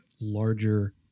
larger